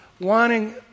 wanting